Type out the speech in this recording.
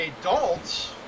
adults